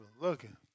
looking